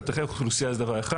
חתכי אוכלוסייה זה דבר אחד.